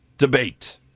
debate